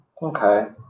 Okay